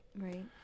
Right